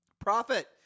Profit